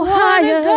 higher